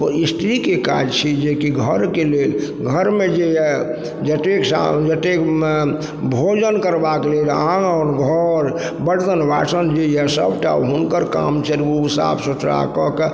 स्त्रीके काज छी जे कि घरके लेल घरमे जे यऽ जतेक जतेक भोजन करबाके लेल आँगन घर बरतन बासन जे यऽ सबटा हुनकर काम छियनि ओ साफ सुथरा कऽके